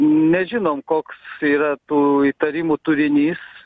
nežinom koks yra tų įtarimų turinys